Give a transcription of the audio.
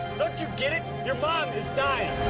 don't you get it? your mom is dying.